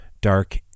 dark